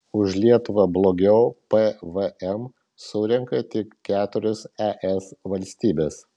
už lietuvą blogiau pvm surenka tik keturios es valstybės